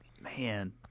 Man